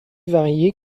varié